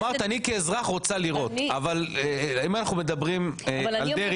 אמרת אני כאזרח רוצה לראות אבל אם אנחנו מדברים כרגע על דרעי,